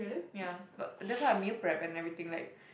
ya but that's why I meal prep and everything like